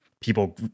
People